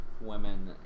women